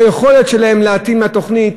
ביכולת שלהם להתאים לתוכנית.